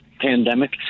pandemic